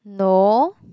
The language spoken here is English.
no